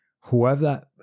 whoever